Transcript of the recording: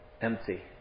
empty